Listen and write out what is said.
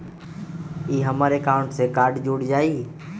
ई हमर अकाउंट से कार्ड जुर जाई?